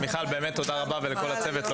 מיכל, תודה רבה לך ולכל הצוות.